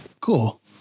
Cool